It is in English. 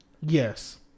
yes